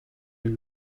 nel